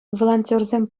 волонтерсем